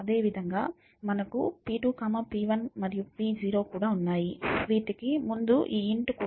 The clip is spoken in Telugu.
అదేవిధంగా మనకు p2 p1 మరియు p0 కూడా ఉన్నాయి వీటికి ముందు ఈ Int కూడా ఉంది